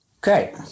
Great